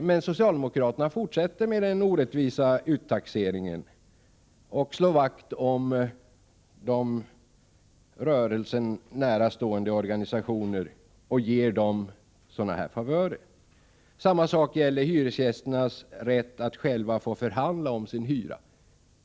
Men socialdemokraterna fortsätter med den orättvisa uttaxeringen och slår vakt om rörelsen närstående organisationer och ger dem favörer. På liknande sätt agerar man när det gäller hyresgästernas rätt att själva få förhandla om sin hyra.